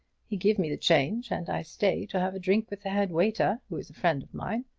he give me the change and i stay to have a drink with the head waiter, who is a friend of mine.